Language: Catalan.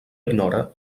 ignora